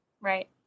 Right